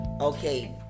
okay